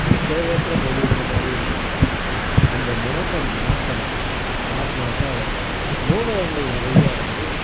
ஒரு தேவையற்ற மொழிங்கிற மாதிரியே நினைக்கிறாங்க அந்த நினைப்ப மாற்றணும் மாற்றினாதான் வரும் நூலகங்கள் நிறையா வந்து